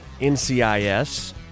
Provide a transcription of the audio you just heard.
NCIS